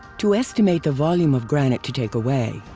to estimate the volume of granite to take away,